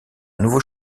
nouveau